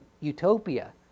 utopia